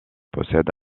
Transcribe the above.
possède